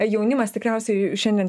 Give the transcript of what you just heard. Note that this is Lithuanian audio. jaunimas tikriausiai šiandien